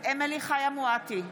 אמילי חיה מואטי,